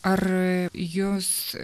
ar jus